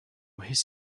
his